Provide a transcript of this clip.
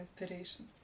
inspiration